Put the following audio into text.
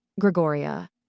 Gregoria